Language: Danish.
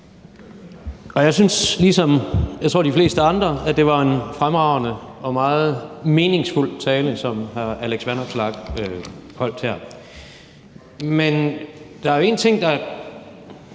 Og jeg synes ligesom de fleste andre, tror jeg, at det var en fremragende og meget meningsfuld tale, som hr. Alex Vanopslagh holdt her. Men der er én ting, der